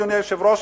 אדוני היושב-ראש,